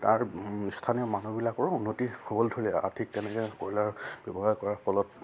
তাৰ স্থানীয় মানুহবিলাকৰো উন্নতি হ'বলৈ ধৰিলে আৰ্থিক তেনেকৈ কয়লাৰ ব্যৱহাৰ কৰাৰ ফলত